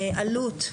אלו"ט,